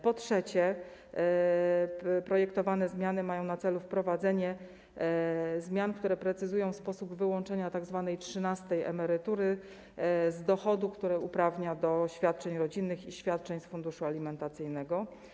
Po trzecie, projektowane zmiany mają na celu wprowadzenie zmian, które precyzują sposób wyłączenia tzw. trzynastej emerytury z dochodu, który uprawnia do świadczeń rodzinnych i świadczeń z funduszu alimentacyjnego.